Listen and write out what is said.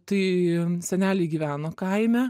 tai seneliai gyveno kaime